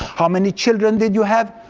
how many children did you have?